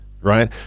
right